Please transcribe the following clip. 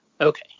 Okay